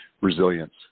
Resilience